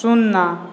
शुन्ना